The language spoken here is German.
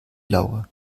lauer